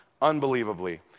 unbelievably